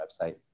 website